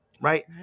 right